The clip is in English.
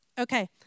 Okay